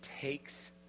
takes